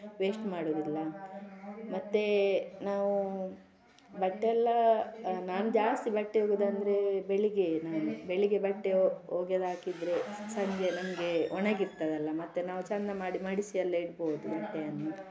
waste ಮಾಡೋದಿಲ್ಲ ಮತ್ತೇ ನಾವು ಬಟ್ಟೆ ಎಲ್ಲ ನಾನು ಜಾಸ್ತಿ ಬಟ್ಟೆ ಒಗ್ಯುದು ಅಂದರೆ ಬೆಳಿಗ್ಗೆ ನಾನು ಬೆಳಿಗ್ಗೆ ಬಟ್ಟೆ ಒಗೆದು ಹಾಕಿದ್ರೆ ಸಂಜೆ ನಮಗೆ ಒಣಗಿರ್ತದಲ್ಲ ಮತ್ತೆ ನಾವು ಚೆಂದ ಮಾಡಿ ಮಡಿಸಿ ಎಲ್ಲ ಇಡ್ಬೋದು ಬಟ್ಟೆಯನ್ನು